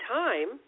time